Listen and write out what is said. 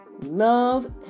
Love